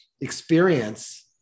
experience